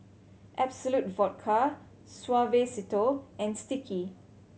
Absolut Vodka Suavecito and Sticky